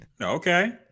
Okay